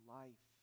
life